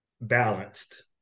balanced